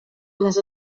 les